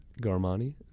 garmani